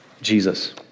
Jesus